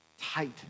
tight